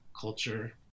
culture